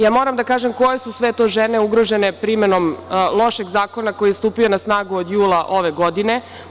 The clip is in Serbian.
Ja moram da kažem koje su sve to žene ugrožene primenom lošeg zakona koji je stupio na snagu od jula ove godine.